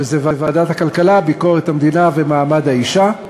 בוועדת הכלכלה, ביקורת המדינה ומעמד האישה,